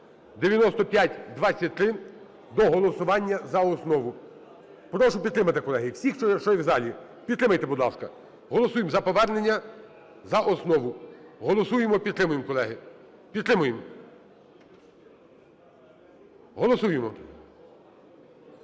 9523 до голосування за основу. Прошу підтримати, колеги, всіх, що є в залі, підтримайте, будь ласка. Голосуємо за повернення за основу, голосуємо, підтримуємо, колеги, підтримуємо, голосуємо.